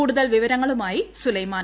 കൂടുതൽ വിവരങ്ങളുമായി സുലൈമാൻ